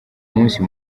munsi